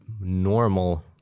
normal